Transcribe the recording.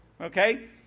Okay